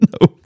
No